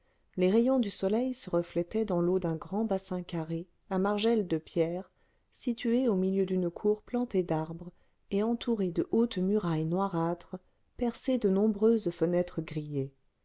les rayons du soleil se reflétaient dans l'eau d'un grand bassin carré à margelles de pierre situé au milieu d'une cour plantée d'arbres et entourée de hautes murailles noirâtres percées de nombreuses fenêtres grillées